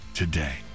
today